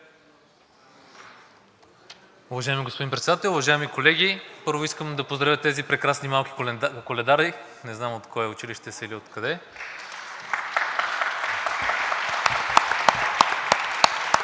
Уважаеми господин Председател, уважаеми колеги! Първо искам да поздравя тези прекрасни малки коледари – не знам от кое училище са и откъде.